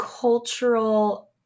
cultural